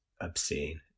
obscene